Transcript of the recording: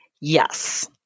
Yes